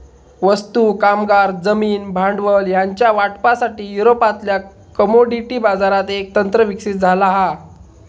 वस्तू, कामगार, जमीन, भांडवल ह्यांच्या वाटपासाठी, युरोपातल्या कमोडिटी बाजारात एक तंत्र विकसित झाला हा